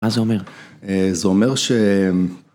מה זה אומר, זה אומר ש...